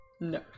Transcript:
No